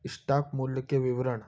stock मूल्य के लिए विवरण